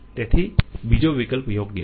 તેથી બીજો વિકલ્પ યોગ્ય છે